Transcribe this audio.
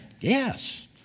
Yes